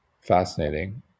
Fascinating